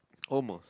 almost